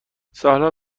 سالها